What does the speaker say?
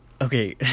okay